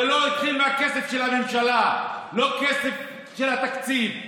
זה לא התחיל מהכסף של הממשלה, לא כסף של התקציב.